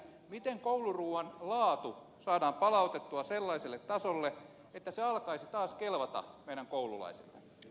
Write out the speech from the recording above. miten kouluruuan laatu saadaan palautettua sellaiselle tasolle että se alkaisi taas kelvata meidän koululaisille